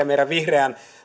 meidän vihreän